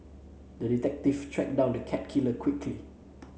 the detective tracked down the cat killer quickly